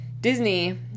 Disney